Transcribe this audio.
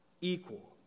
equal